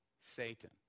Satan